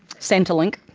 centrelink,